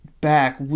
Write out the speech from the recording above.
back